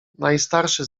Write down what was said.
najstarszy